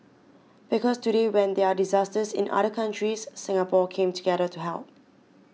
because today when there are disasters in other countries Singapore came together to help